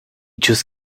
just